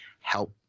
help